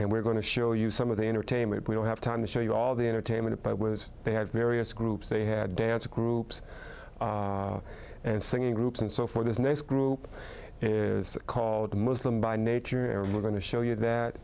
and we're going to show you some of the entertainment we don't have time to show you all the entertainment i would have various groups they had dance groups and singing groups and so for this next group is called muslim by nature are going to show you that